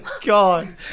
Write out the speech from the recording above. God